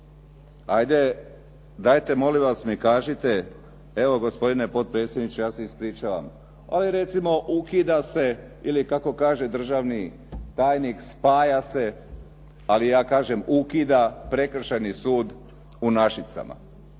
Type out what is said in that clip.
Ajde, dajete molim vas mi kažite, evo gospodine potpredsjedniče ja se ispričavam, ali recimo ukida se ili kako kaže državni tajnik spaja se, ali ja kažem ukida, Prekršajni sud u Našicama.